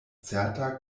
certa